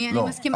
לא.